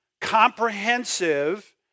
comprehensive